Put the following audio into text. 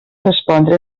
respondre